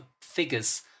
figures